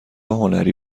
هنری